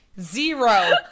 zero